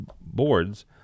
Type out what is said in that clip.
boards